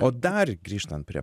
o dar grįžtant prie